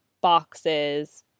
Boxes